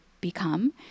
become